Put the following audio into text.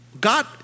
God